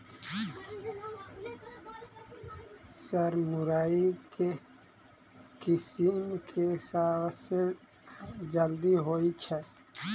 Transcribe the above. Sir मुरई केँ किसिम केँ सबसँ जल्दी होइ छै?